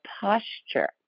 posture